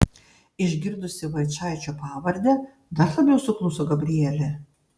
išgirdusi vaičaičio pavardę dar labiau sukluso gabrielė